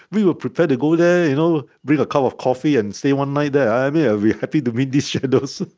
we were prepared to go there, you know bring a cup of coffee, and stay one night there. i'd yeah be happy to meet these shadows